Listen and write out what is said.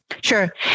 Sure